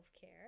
care